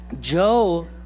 Joe